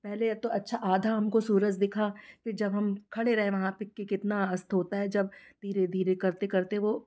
पहले तो अच्छा आधा हमको सूरज दिखा फिर जब हम खड़े रहे वहाँ पर कि कितना अस्त होता है जब धीरे धीरे करते करते वो